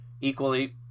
equally